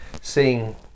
seeing